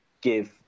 give